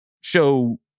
show